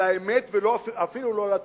על האמת, ואפילו לא על הציונות.